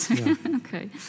Okay